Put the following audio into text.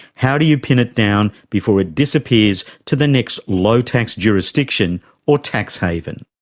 how do you pin it down before it disappears to the next low tax jurisdiction or tax haven?